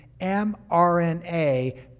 mRNA